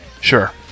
Sure